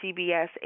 CBS